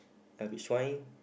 a peach wine